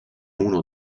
uno